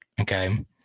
okay